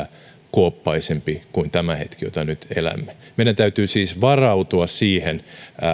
kuoppaisempi kuin tämä hetki jota nyt elämme meidän täytyy siis varautua siihen